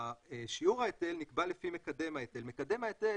שיעור ההיטל נקבע לפי מקדם ההיטל.